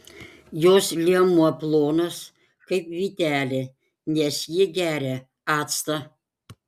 jos liemuo plonas kaip vytelė nes ji geria actą